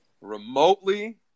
remotely